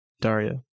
Daria